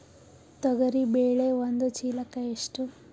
ತೊಗರಿ ಬೇಳೆ ಒಂದು ಚೀಲಕ ಎಷ್ಟು?